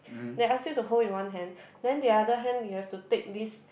they ask you to hold in one hand then the other hand you have to take this